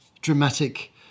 dramatic